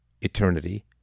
eternity